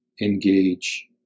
engage